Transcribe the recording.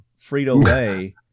frito-lay